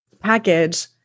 package